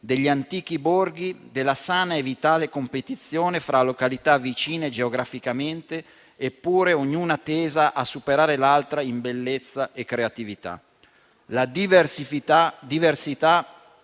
degli antichi borghi, della sana e vitale competizione fra località vicine geograficamente, eppure ognuna tesa a superare l'altra in bellezza e creatività. La diversità